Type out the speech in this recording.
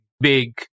big